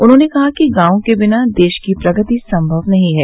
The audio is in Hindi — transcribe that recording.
उन्होंने कहा कि गांव के बिना देश की प्रगति संमव नहीं है